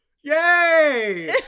yay